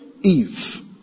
Eve